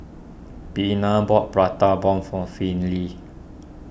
Bina bought Prata Bomb for Finley